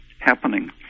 happening